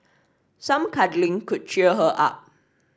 some cuddling could cheer her up